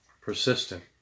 persistent